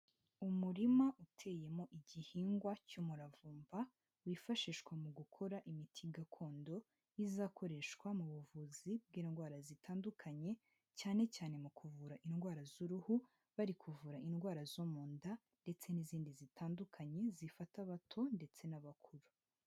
Umurima uteyemo igihingwa cy'umuravumba, wifashishwa mu gukora imiti gakondo izakoreshwa mu buvuzi bw'indwara zitandukanye cyane cyane mu kuvura indwara z'uruhu, bari kuvura indwara zo mu nda ndetse n'izindi zitandukanye zifata abato ndetse n'abakuru.